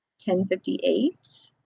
ten fifty eight.